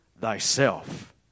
thyself